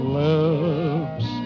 lips